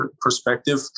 perspective